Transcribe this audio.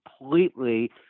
completely